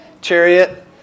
chariot